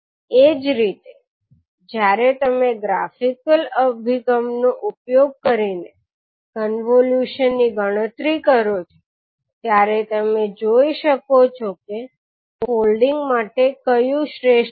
એ જ રીતે જ્યારે તમે ગ્રાફિકલ અભિગમનો ઉપયોગ કરીને કોન્વોલ્યુશનની ગણતરી કરો છો ત્યારે તમે જોઈ શકો છો કે ફોલ્ડિંગ માટે કયું શ્રેષ્ઠ છે